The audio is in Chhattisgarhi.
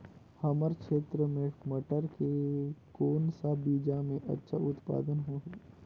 हमर क्षेत्र मे मटर के कौन सा बीजा मे अच्छा उत्पादन होही?